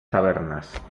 tabernas